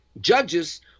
judges